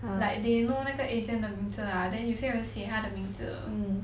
like they know 那个 agent 的名字 lah then 有些人写他的名字的